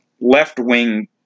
left-wing